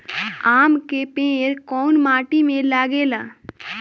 आम के पेड़ कोउन माटी में लागे ला?